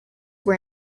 were